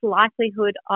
likelihood